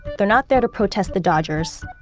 they're not there to protest the dodgers.